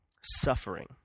suffering